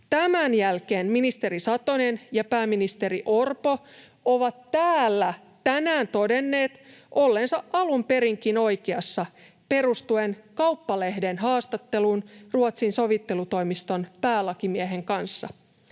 Tämän jälkeen ministeri Satonen ja pääministeri Orpo ovat täällä tänään todenneet olleensa alun perinkin oikeassa perustuen Kauppalehden haastatteluun Ruotsin sovittelutoimiston päälakimiehen kanssa.